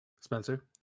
Spencer